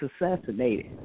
assassinated